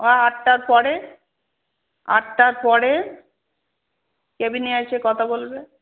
ও আটটার পরে আটটার পরে কেবিনে এসে কথা বলবে